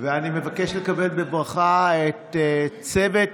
ואני מבקש לכבד בברכה את צוות,